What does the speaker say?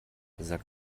sag